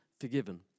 Forgiven